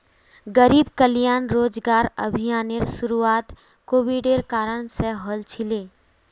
गरीब कल्याण रोजगार अभियानेर शुरुआत कोविडेर कारण से हल छिले